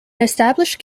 established